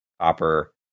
copper